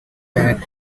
that